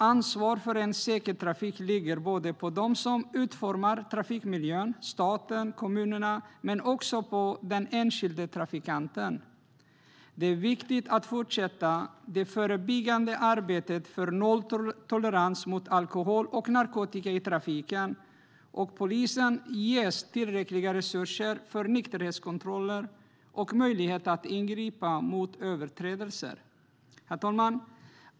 Ansvar för en säker trafik ligger både på dem som utformar trafikmiljön, staten och kommunerna, och på den enskilde trafikanten. Det är viktigt att fortsätta det förebyggande arbetet för nolltolerans mot alkohol och narkotika i trafiken och att polisen ges tillräckliga resurser för nykterhetskontroller och möjlighet att ingripa mot överträdelser. Herr talman!